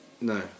no